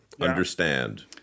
understand